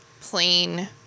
plain